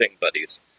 buddies